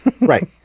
Right